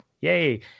yay